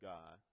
God